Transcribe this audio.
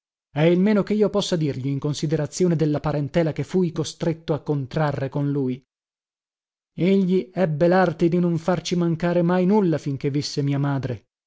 è il meno che io possa dirgli in considerazione della parentela che fui costretto a contrarre con lui egli ebbe larte di non farci mancare mai nulla finché visse mia madre